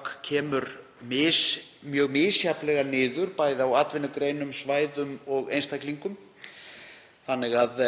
þannig að